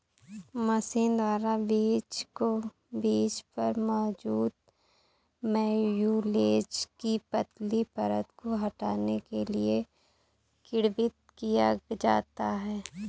machine द्वारा बीज को बीज पर मौजूद म्यूसिलेज की पतली परत को हटाने के लिए किण्वित किया जाता है